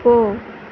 போ